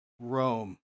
Rome